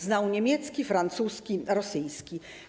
Znał niemiecki, francuski, rosyjski.